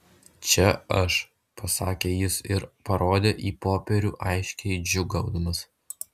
čia aš pasakė jis ir parodė į popierių aiškiai džiūgaudamas